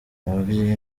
ababyeyi